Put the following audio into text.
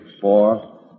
four